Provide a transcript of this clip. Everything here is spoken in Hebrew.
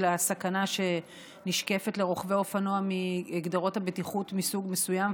לסכנה שנשקפת לרוכבי אופנוע מגדרות הבטיחות מסוג מסוים,